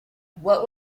what